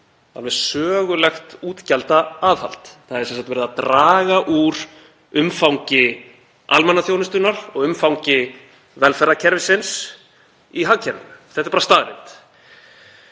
sögulegt útgjaldaaðhald. Það er sem sagt verið að draga úr umfangi almannaþjónustunnar og umfangi velferðarkerfisins í hagkerfinu. Þetta er bara staðreynd.